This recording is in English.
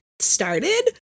started